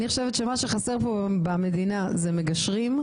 אני חושבת שמה שחסר פה במדינה זה מגשרים,